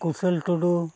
ᱠᱩᱥᱚᱞ ᱴᱩᱰᱩ